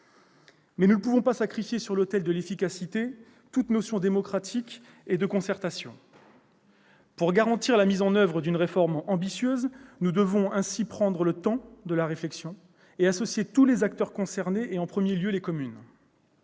que nous ne pouvons pas sacrifier sur l'autel de l'efficacité toute notion de démocratie et de concertation. Pour garantir la mise en oeuvre d'une réforme ambitieuse, nous devons ainsi prendre le temps de la réflexion et associer tous les acteurs concernés, au premier rang desquels les communes.